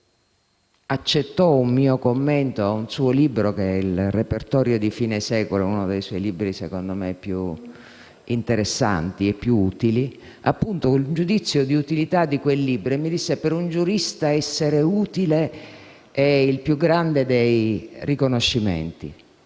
accettò un mio commento a un suo libro «Repertorio di fine secolo», uno dei suoi libri secondo me più interessanti e più utili; era un giudizio di utilità di quel libro e lui mi disse che, per un giurista, essere utile è il più grande dei riconoscimenti.